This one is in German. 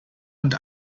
und